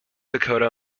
dakota